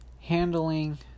handling